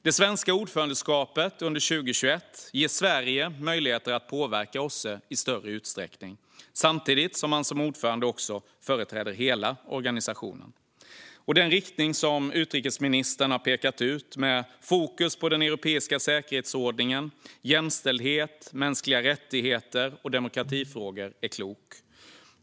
Det svenska ordförandeskapet under 2021 ger Sverige möjligheter att påverka OSSE i större utsträckning - samtidigt som man som ordförandeland också företräder hela organisationen. Den inriktning som utrikesministern har pekat ut med fokus på den europeiska säkerhetsordningen, jämställdhet, mänskliga rättigheter och demokratifrågor är klok.